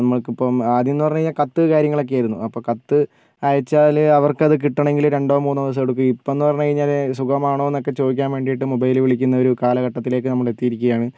നമു എന്ന് ക്കിപ്പം ആദ്യംന്ന് പറഞ്ഞുകഴിഞ്ഞാൽ കത്ത് കാര്യങ്ങളൊക്കെയായിരുന്നു അപ്പോൾ കത്ത് അയച്ചാൽ അവർക്കത് കിട്ടണമെങ്കിൽ രണ്ടോ മൂന്നോ ദിവസം എടുക്കും ഇപ്പം എന്ന് പറഞ്ഞുകഴിഞ്ഞാൽ സുഖം ആണോ എന്നൊക്കെ ചോദിക്കാൻ വേണ്ടിയിട്ട് മൊബൈലിൽ വിളിക്കുന്ന ഒരു കാലഘട്ടത്തിലേക്ക് നമ്മൾ എത്തിയിരിക്കുകയാണ്